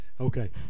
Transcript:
Okay